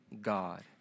God